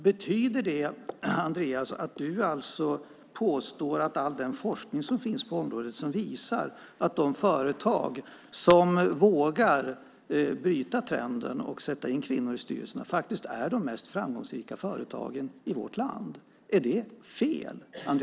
Betyder det att all den forskning som finns på området är fel, alltså den som visar att de företag som vågar bryta trenden och sätta in kvinnor i styrelserna är de mest framgångsrika företagen i vårt land?